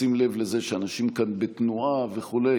בשים לב לזה שאנשים כאן בתנועה וכו'.